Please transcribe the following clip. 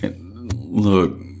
Look